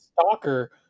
stalker